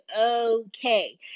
okay